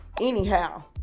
anyhow